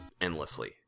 endlessly